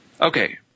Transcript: Okay